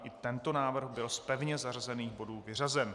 I tento návrh byl z pevně zařazených bodů vyřazen.